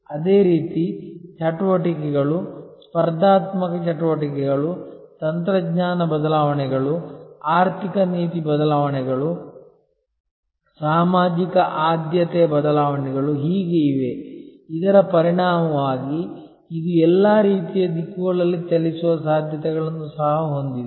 ಅದೇ ರೀತಿ ಚಟುವಟಿಕೆಗಳು ಸ್ಪರ್ಧಾತ್ಮಕ ಚಟುವಟಿಕೆಗಳು ತಂತ್ರಜ್ಞಾನ ಬದಲಾವಣೆಗಳು ಆರ್ಥಿಕ ನೀತಿ ಬದಲಾವಣೆಗಳು ಸಾಮಾಜಿಕ ಆದ್ಯತೆಯ ಬದಲಾವಣೆಗಳು ಹೀಗೆ ಇವೆ ಇದರ ಪರಿಣಾಮವಾಗಿ ಇದು ಎಲ್ಲಾ ರೀತಿಯ ದಿಕ್ಕುಗಳಲ್ಲಿ ಚಲಿಸುವ ಸಾಧ್ಯತೆಗಳನ್ನು ಸಹ ಹೊಂದಿದೆ